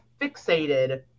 fixated